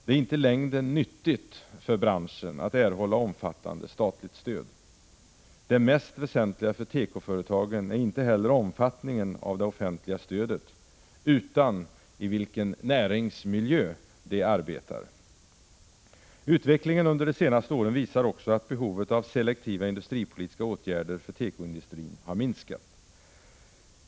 Det är inte i längden nyttigt för branschen att erhålla omfattande statligt stöd. Det mest väsentliga för tekoföretagen är inte heller omfattningen av det offentliga stödet utan det är i vilken näringsmiljö de arbetar. Utvecklingen under de senaste åren visar också att behovet av selektiva industripolitiska åtgärder för tekoindustrin har minskat.